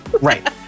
Right